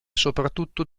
soprattutto